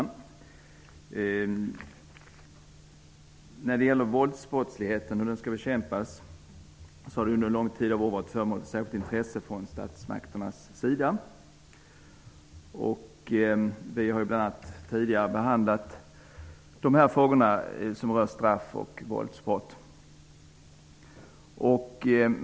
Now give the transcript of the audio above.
Herr talman! Våldbrottsligheten och hur den skall bekämpas har under en lång följd av år varit föremål för ett särskilt intresse från statsmakternas sida. Vi har tidigare behandlat frågor som rör straff och våldsbrott.